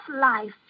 life